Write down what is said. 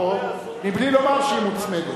החוק הממשלתי, בוועדת הכנסת.